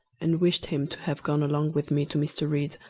and wished him to have gone along with me to mr. read,